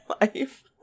life